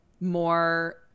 more